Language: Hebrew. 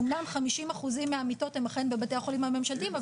אמנם 50% מהמיטות הן אכן בבתי החולים הממשלתיים,